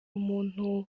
umuntu